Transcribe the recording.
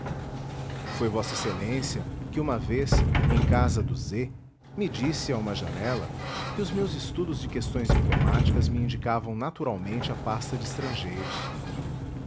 v ex a que uma vez em casa do z me disse a uma janela que os meus estudos de questões diplomáticas me indicavam naturalmente a pasta de estrangeiros